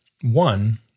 one